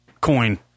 coin